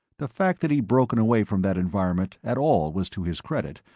the fact that he'd broken away from that environment at all was to his credit,